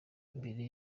mbere